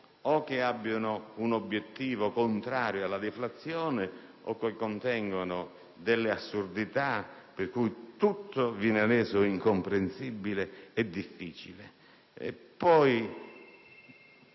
che abbiano un obiettivo contrario alla deflazione o che contengano assurdità tali da rendere incomprensibile e difficile